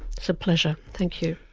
it's a pleasure, thank you.